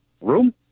room